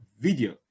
video